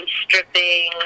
stripping